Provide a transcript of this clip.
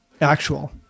actual